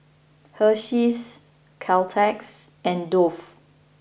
Hersheys Caltex and Dove